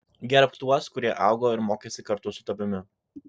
gerbk tuos kurie augo ir mokėsi kartu su tavimi